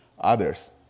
others